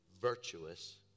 virtuous